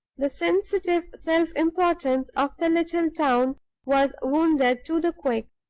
the sensitive self-importance of the little town was wounded to the quick,